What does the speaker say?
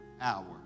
hour